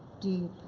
deep,